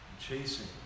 chasing